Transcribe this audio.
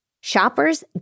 Shoppers